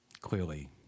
Clearly